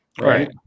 Right